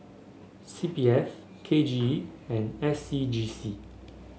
C P F K J E and S C G C